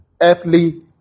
earthly